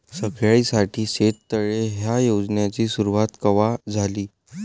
सगळ्याइसाठी शेततळे ह्या योजनेची सुरुवात कवा झाली?